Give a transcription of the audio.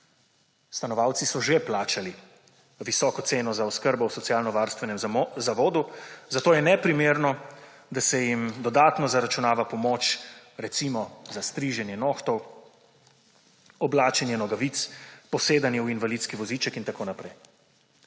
Stanovalci so že plačali visoko ceno za oskrbo v socialno, varstvenem zavodu, zato je neprimerno, da se jim dodatno zaračunava pomoč recimo za striženje nohtov, oblačenje nogavic, posedanje v invalidski voziček, itn.